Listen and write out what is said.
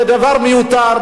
זה דבר מיותר,